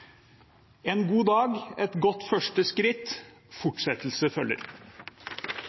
en god dag, et godt første skritt – fortsettelse følger.